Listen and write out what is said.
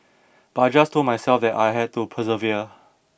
but I just told myself that I had to persevere